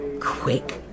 Quick